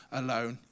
alone